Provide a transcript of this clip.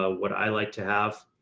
ah what i like to have.